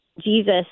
Jesus